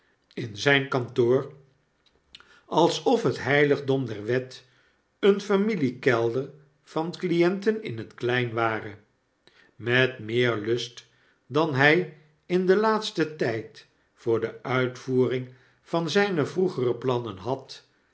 in zyn kantoor alsof dat heiligdom der wet een familiekelder van clienten in net klein ware met meer lust dan hij in den laatsten tyd voor de uitvoering van zijne vroegere plannen had